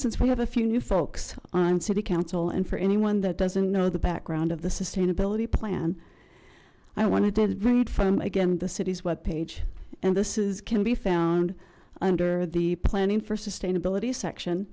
since we have a few new folks on city council and for anyone that doesn't know the background of the sustainability plan i wanted to read from again the city's web page and this is can be found under the planning for sustainability section